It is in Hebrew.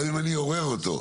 גם אם אני אעורר אותו,